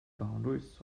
boundaries